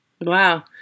Wow